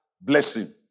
blessing